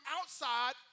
outside